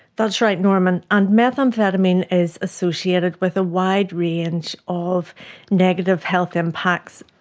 that's right norman, and methamphetamine is associated with a wide range of negative health impacts.